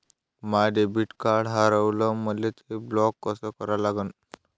माय debit card हारवलं, मले ते ब्लॉक कस करा लागन?